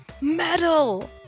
Metal